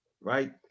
right